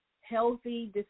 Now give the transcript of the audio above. healthy